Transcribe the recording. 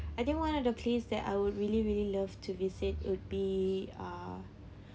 I think one of the place that I would really really love to visit would be uh